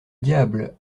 diable